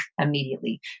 immediately